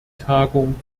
tagung